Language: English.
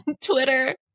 twitter